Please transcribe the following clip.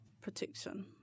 protection